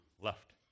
left